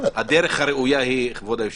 שהדרך הראויה היא כבוד היושב-ראש,